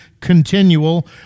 continual